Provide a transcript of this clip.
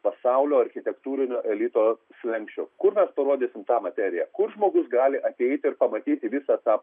pasaulio architektūrinio elito slenksčio kur mes parodysim tą materiją kur žmogus gali ateiti ir pamatyti visą tą